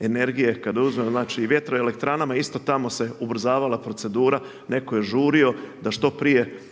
energije, kada uzmemo znači i vjetroelektranama isto tako se ubrzavala procedura, neko je žurio da što prije